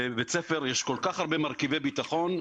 בבית ספר יש כל כך הרבה מרכיבי ביטחון,